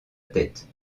tête